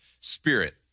Spirit